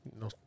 No